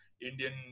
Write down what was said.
Indian